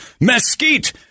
Mesquite